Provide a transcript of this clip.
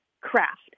craft